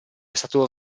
stato